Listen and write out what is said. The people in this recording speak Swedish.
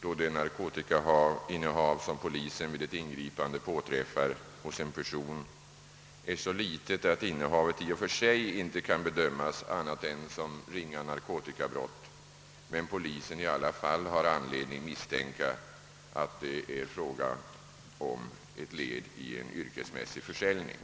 då det narkotikainnehav som polisen vid ett ingripande påträffar hos en person är så litet att innehavet i och för sig inte kan bedömas annat än som ringa narkotikabrott men polisen ändock har anledning misstänka att det är fråga om ett led i en yrkesmässig försäljning.